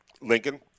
Lincoln